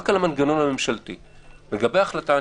לגבי שירות בתי הסוהר בנו מודל חדש של שני שרים.